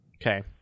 Okay